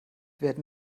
werden